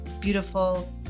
beautiful